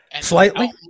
Slightly